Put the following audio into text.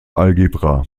algebra